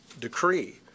decree